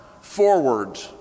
forward